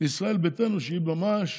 לישראל ביתנו, שהיא ממש